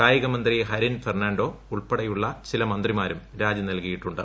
കായികമന്ത്രി ഹരിൻ ഫെർണാണ്ടോ ഉൾപ്പെടെയുള്ള ചില മന്ത്രിമാരും രാജി നൽകിയിട്ടുണ്ട്